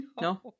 No